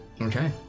Okay